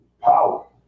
Power